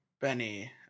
Benny